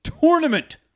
tournament